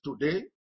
today